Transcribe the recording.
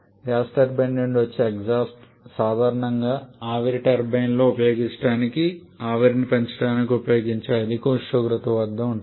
gas turbine నుండి వచ్చే exhaust సాధారణంగా ఆవిరి టర్బైన్లో ఉపయోగించటానికి ఆవిరిని పెంచడానికి ఉపయోగించే అధిక ఉష్ణోగ్రత వద్ద ఉంటుంది